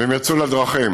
הם יצאו לדרכים,